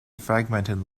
fragmented